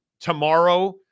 tomorrow